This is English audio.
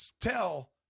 tell